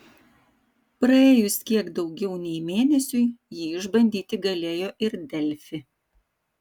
praėjus kiek daugiau nei mėnesiui jį išbandyti galėjo ir delfi